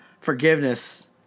forgiveness